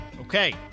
Okay